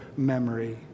Memory